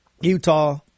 Utah